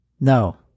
No